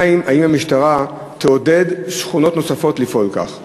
האם המשטרה תעודד שכונות נוספות לפעול כך?